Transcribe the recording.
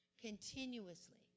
continuously